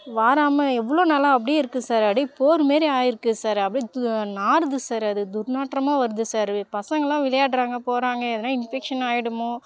வாராமல் எவ்வளோ நாளாக அப்படியே இருக்குது சார் அப்படியே போர் மாரி ஆயிருக்குது சார் அப்படியே நாறுது சார் அது துர்நாற்றமாக வருது சார் வே பசங்கெளெல்லாம் விளையாட்றாங்க போறாங்க எதனா இன்ஃபெக்ஷன் ஆயிடுமோ